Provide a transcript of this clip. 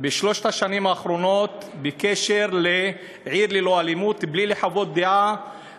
בשלוש השנים האחרונות בקשר ל"עיר ללא אלימות" בלי לחוות דעה